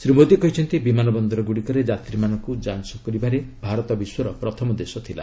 ଶ୍ରୀ ମୋଦି କହିଛନ୍ତି ବିମାନ ବନ୍ଦରଗୁଡ଼ିକରେ ଯାତ୍ରୀମାନଙ୍କୁ ଯାଞ୍ କରିବାରେ ଭାରତ ବିଶ୍ୱର ପ୍ରଥମ ଦେଶ ଥିଲା